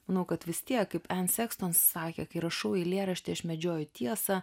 manau kad vis tiek kaip ens sekstons sakė kai rašau eilėraštį aš medžioju tiesą